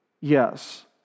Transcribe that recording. yes